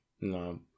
No